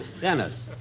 Dennis